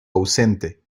ausente